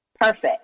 Perfect